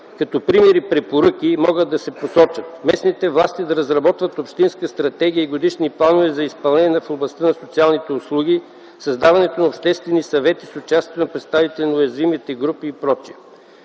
Като пример и препоръки могат да се посочат: местните власти да разработват общинска стратегия и годишни планове за изпълнение в областта на социалните услуги, създаването на обществени съвети с участието на представители на уязвимите групи и